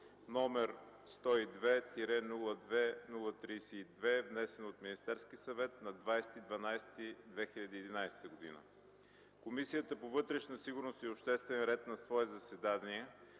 № 102-02-32, внесен от Министерския съвет на 20 декември 2011 г. Комисията по вътрешна сигурност и обществен ред на свое заседание,